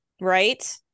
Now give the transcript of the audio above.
right